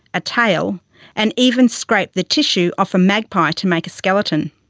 a tail and even scraped the tissue off a magpie to make a skeleton.